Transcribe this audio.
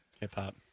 hip-hop